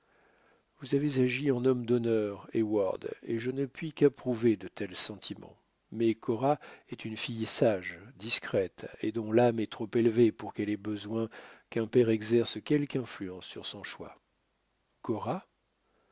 vous avez agi en homme d'honneur heyward et je ne puis qu'approuver de tels sentiments mais cora est une fille sage discrète et dont l'âme est trop élevée pour qu'elle ait besoin qu'un père exerce quelque influence sur son choix